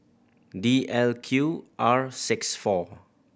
D L Q R six four